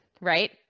right